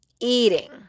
eating